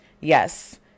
yes